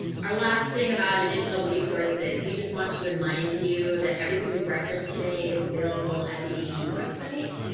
our last thing about additional resources, we just want to remind you that everything we've referenced today is available at the acue web site.